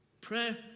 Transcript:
Prayer